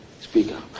speaker